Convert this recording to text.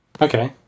Okay